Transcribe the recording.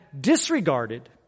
disregarded